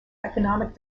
economic